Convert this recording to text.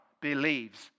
believes